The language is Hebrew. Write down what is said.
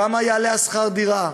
כמה יעלה שכר הדירה,